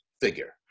figure